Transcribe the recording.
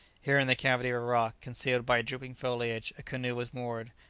here in the cavity of a rock, concealed by drooping foliage, a canoe was moored,